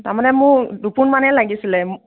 তাৰমানে মোৰ দুপোনমানেই লাগিছিলে